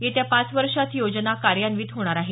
येत्या पाच वर्षांत ही योजना कार्यान्वित होणार आहे